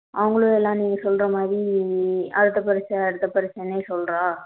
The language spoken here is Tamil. அவங்களும் எல்லாம் நீங்கள் சொல்கிற மாதிரி அடுத்த பரிட்சை அடுத்த பரிட்சைனே சொல்றாக